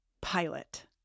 Pilot